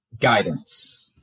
guidance